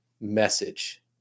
message